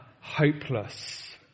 hopeless